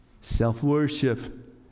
self-worship